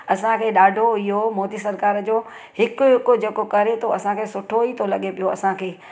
असांखे ॾाढो इहो मोदी सरकार जो हिकु हिकु जेको करे थो असांखे सुठो ई थो लॻे पियो असांखे